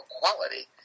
quality